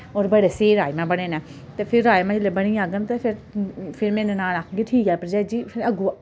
और बड़े स्हेई राजमां बने न ते फिर राजमां जैल्ले बनी जाङन ते फिर फिर मेरी ननान आक्खदी की ठीक ऐ भरजाई जी फिर अग्गोआं